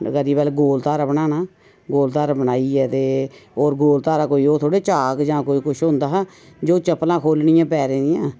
पैह्लीं बारी गोल तारा बनाना गोल तारा बनाइयै ते होर गोल तारा कोई ओह् थोह्ड़ी चाक जां कोई किश होंदा हा जो चप्पलां खोलनियां पैरें दियां